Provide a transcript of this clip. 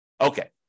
Okay